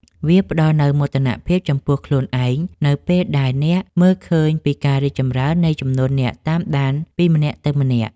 វាផ្តល់នូវមោទនភាពចំពោះខ្លួនឯងនៅពេលដែលអ្នកមើលឃើញពីការរីកចម្រើននៃចំនួនអ្នកតាមដានពីម្នាក់ទៅម្នាក់។